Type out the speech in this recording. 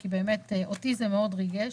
כי אותי זה באמת מאוד ריגש.